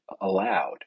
allowed